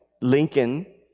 Lincoln